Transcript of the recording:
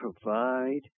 provide